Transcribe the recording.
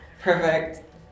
perfect